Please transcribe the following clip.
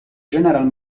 general